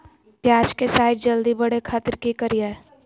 प्याज के साइज जल्दी बड़े खातिर की करियय?